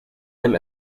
him